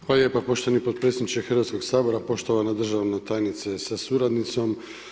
Hvala lijepa poštovani potpredsjedniče Hrvatskoga sabora, poštovana državna tajnice sa suradnicom.